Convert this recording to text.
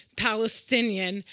palestinian,